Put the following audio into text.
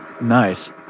nice